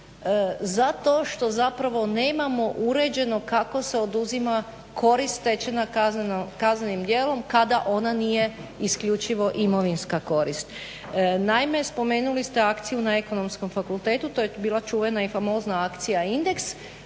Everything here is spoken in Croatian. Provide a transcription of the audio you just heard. zato što zapravo nemamo uređeno kako se oduzima korist stečena kaznenim djelom kada ona nije isključivo imovinska korist. Naime, spomenuli ste akciju na Ekonomskom fakultetu. To je bila čuvena i famozna akcija "Indeks".